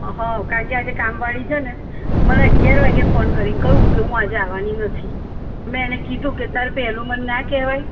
હં કારણકે આજે કામવાળી છે ને મને અગિયાર વાગે ફોન કરીને કહ્યું કે હું આજે આવવાની નથી મેં એને કીધું કે તારે પહેલું મને ના કહેવાય